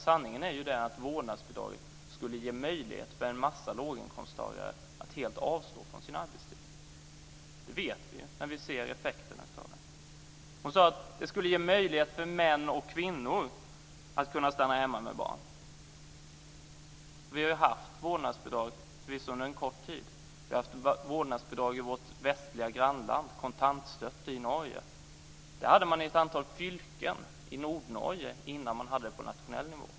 Sanningen är ju den att vårdnadsbidraget skulle ge möjligheter för en mängd låginkomsttagare att helt avstå från sin arbetstid. Det vet vi när vi ser effekterna av det. Hon sade också att det skulle ge möjlighet för män och kvinnor att stanna hemma med barn. Vi har åtminstone under kort tid haft vårdnadsbidrag. Vårt västliga grannland, Norge, har haft s.k. kontantstøtte. Denna bidragsform tillämpades i ett antal fylken i Nordnorge innan den infördes på nationell nivå.